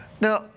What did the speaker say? Now